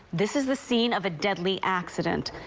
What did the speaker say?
this is the scene of a deadly accident.